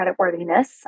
creditworthiness